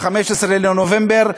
ב-15בנובמבר,